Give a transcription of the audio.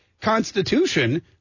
Constitution